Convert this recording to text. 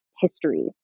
history